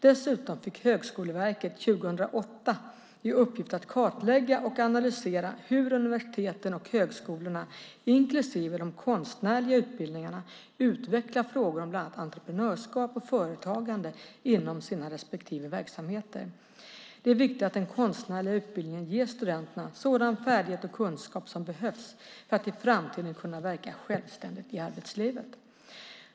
Dessutom fick Högskoleverket 2008 i uppgift att kartlägga och analysera hur universiteten och högskolorna, inklusive de konstnärliga utbildningarna, utvecklar frågor om bland annat entreprenörskap och företagande inom sina respektive verksamheter. Det är viktigt att den konstnärliga utbildningen ger studenterna sådan färdighet och kunskap som behövs för att de i framtiden ska kunna verka självständigt i arbetslivet.